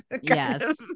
yes